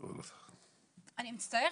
אני מצטערת,